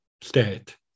state